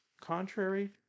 contrary